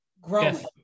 growing